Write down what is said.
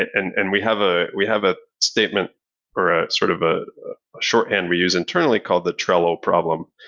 and and we have ah we have a statement or ah sort of a shorthand we use internally called the trello problem,